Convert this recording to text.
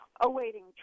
awaiting